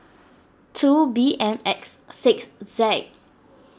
two B M X six Z